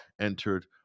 entered